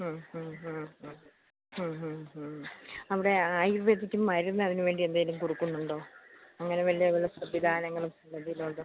അവിടെ ആയുർവേദിക് മരുന്നതിന് വേണ്ടി എന്തേലും കൊടുക്കുന്നുണ്ടോ അങ്ങനെ വല്ല ഉള്ള സംവിധാനങ്ങളും എന്തേലുമുണ്ടോ